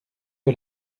que